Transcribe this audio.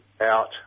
out